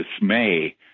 dismay